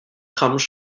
comes